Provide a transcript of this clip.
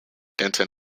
denton